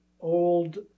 old